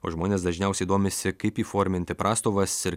o žmonės dažniausiai domisi kaip įforminti prastovas ir